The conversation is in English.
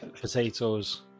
potatoes